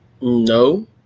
No